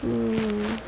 mmhmm